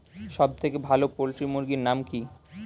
সবথেকে ভালো পোল্ট্রি মুরগির নাম কি?